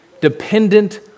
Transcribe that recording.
dependent